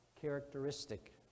characteristic